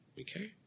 Okay